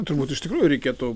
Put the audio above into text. turbūt iš tikrųjų reikėtų